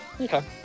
Okay